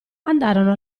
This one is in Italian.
andarono